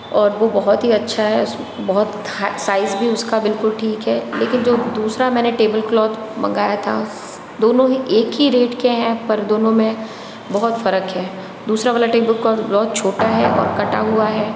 और वो बहुत ही अच्छा है बहुत साइज़ भी उसका बिलकुल ठीक है लेकिन जो दूसरा मैंने टेबल क्लॉथ मंगाया था दोनों ही एक ही रेट के हैं पर दोनों में बहुत फ़रक है दूसरा वाला टेबल क्लॉथ बहुत छोटा है और कटा हुआ है